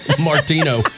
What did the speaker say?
Martino